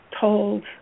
told